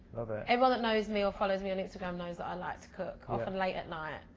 love it. everyone that knows me or follows me on instagram knows that i like to cook, often late at night.